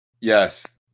Yes